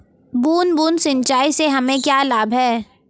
बूंद बूंद सिंचाई से हमें क्या लाभ है?